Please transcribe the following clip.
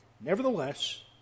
Nevertheless